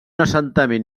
assentament